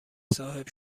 صاحب